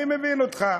אני מבין אותך.